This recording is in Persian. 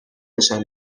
نشان